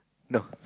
no